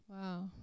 Wow